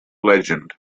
legend